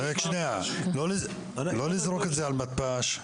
לא לזרוק את זה על מתפ"ש.